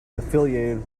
affiliated